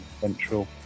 Central